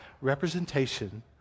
representation